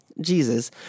Jesus